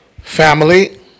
family